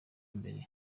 mbere